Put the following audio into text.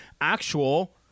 actual